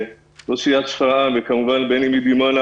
גם עורסאן יאסין ראש עיריית שפרעם וכמובן בני ביטון מדימונה